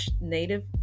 native